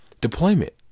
Deployment